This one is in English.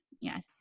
Yes